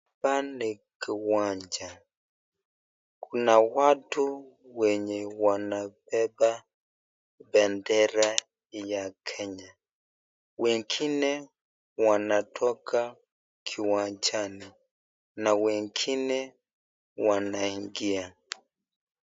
Hapa ni kiwanja kuna watu wenye wanabeba bendera ya Kenya ,wengine wanatoka uwanjani na wengine wanaingia.